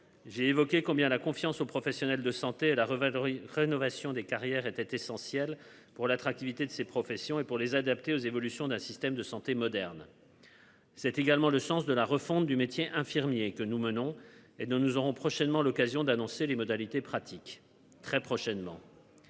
J'ai évoqué combien la confiance aux professionnels de santé la revendre, rénovation des carrières était essentielle pour l'attractivité de ces professions et pour les adapter aux évolutions d'un système de santé moderne. C'est également le sens de la refonte du métier infirmier que nous menons et dont nous aurons prochainement l'occasion d'annoncer les modalités pratiques très prochainement.